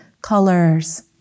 colors